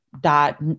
dot